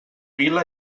vila